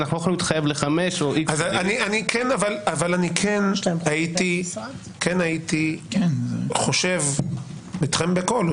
אנחנו לא יכולים להתחייב לחמש או X. אבל אני כן הייתי חושב אתכם בקול,